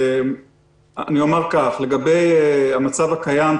אומר כך: לגבי המצב הקיים,